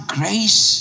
grace